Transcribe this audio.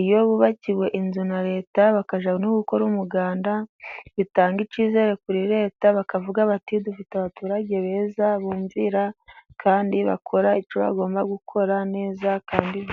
iyo bubakiwe inzu na Leta, bakajya no gukora umuganda, bitanga icyizere kuri Leta, bakavuga bati dufite abaturage beza, bumvira kandi bakora icyo bagomba gukora neza kandi.